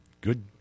good